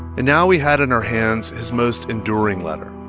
and now we had in our hands his most enduring letter.